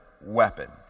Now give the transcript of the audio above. weapon